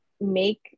make